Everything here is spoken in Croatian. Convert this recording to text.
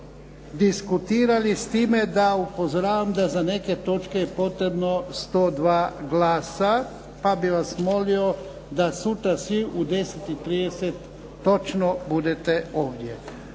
prodiskutirali, s time da upozoravam da za neke točke je potrebno 102 glasa pa bih vas molio da sutra svi u 10,30 točno budete ovdje.